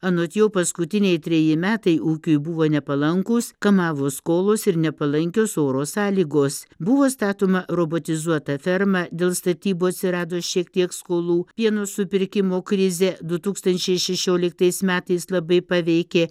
anot jo paskutiniai treji metai ūkiui buvo nepalankūs kamavo skolos ir nepalankios oro sąlygos buvo statoma robotizuota ferma dėl statybų atsirado šiek tiek skolų pieno supirkimo krizė du tūkstančiai šešioliktais metais labai paveikė